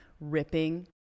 ripping